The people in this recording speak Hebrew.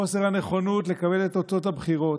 חוסר הנכונות לקבל את תוצאות הבחירות,